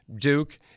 Duke